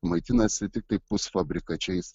maitinasi tiktai pusfabrikačiais